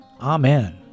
Amen